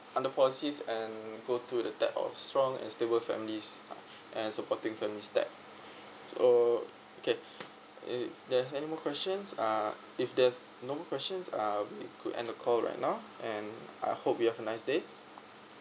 under policies and go to the tab of strong and stable families uh and supporting families tab so okay it there's any more questions uh if there's no more questions uh we could end the call right now and I hope you have a nice day